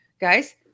guys